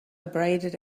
abraded